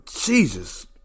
Jesus